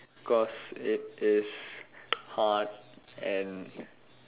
because it is hard and